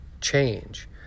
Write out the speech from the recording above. change